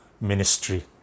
ministry